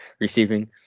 receiving